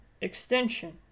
extension